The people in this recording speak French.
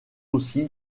aussi